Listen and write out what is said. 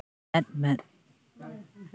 ᱢᱮᱫ ᱢᱮᱫ